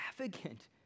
extravagant